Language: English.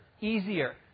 easier